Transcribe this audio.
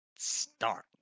start